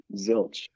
Zilch